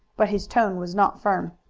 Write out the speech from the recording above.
but his tone was not firm.